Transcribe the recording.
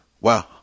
Wow